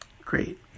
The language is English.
Great